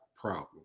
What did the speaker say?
problem